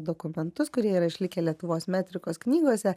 dokumentus kurie yra išlikę lietuvos metrikos knygose